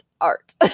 art